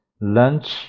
lunch